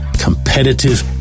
competitive